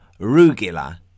Rugila